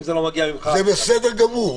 אם זה לא מגיע ממך --- זה בסדר גמור,